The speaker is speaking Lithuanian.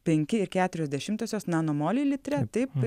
penki ir keturios dešimtosios nano moliai litre taip